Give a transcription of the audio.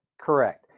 correct